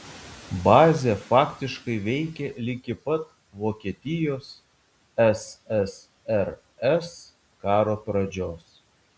bazė faktiškai veikė ligi pat vokietijos ssrs karo pradžios